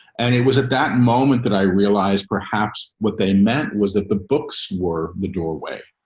and it was at that moment that i realized perhaps what they meant was that the books were the doorway.